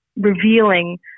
revealing